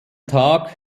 tag